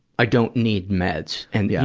i don't need meds. and, yeah